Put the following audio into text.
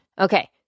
Okay